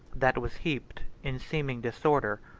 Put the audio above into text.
that was heaped, in seeming disorder,